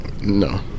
No